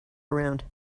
around